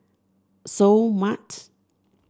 Seoul Mart